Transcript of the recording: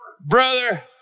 Brother